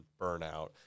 burnout